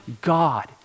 God